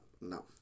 No